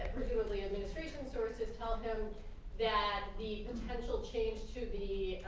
revealingly, administration sources tell him that the potential change to the